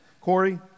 Corey